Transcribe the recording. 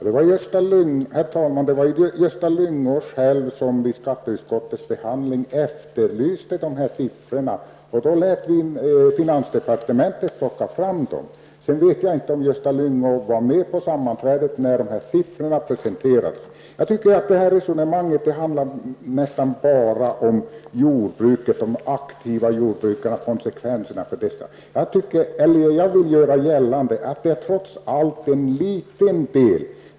Herr talman! Det var Gösta Lyngå själv som i skatteutskottets behandling efterlyste dessa siffror. Vi lät då finansdepartementet ta fram dem. Jag vet inte om Gösta Lyngå var med på sammanträdet när dessa siffror presenterades. Jag tycker att resonemanget nästan bara handlar om konsekvenserna för de aktiva jordbrukarna. Jag vill göra gällande att det trots allt är en liten del.